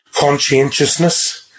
conscientiousness